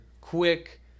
quick